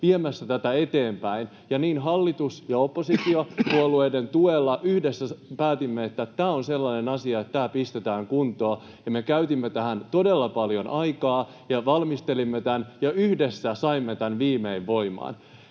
viemässä tätä eteenpäin. Niin hallitus- kuin oppositiopuolueiden tuella yhdessä päätimme, että tämä on sellainen asia, että tämä pistetään kuntoon, ja me käytimme tähän todella paljon aikaa ja valmistelimme tämän, ja yhdessä saimme tämän viimein voimaan.